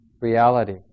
reality